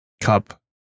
cup